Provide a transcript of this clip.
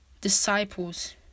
disciples